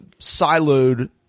siloed